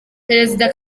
perezida